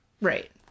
Right